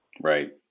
Right